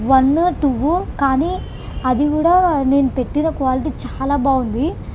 వన్నో టువ్వో కానీ అది కూడా నేను పెట్టిన క్వాలిటీ చాలా బాగుంది